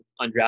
undrafted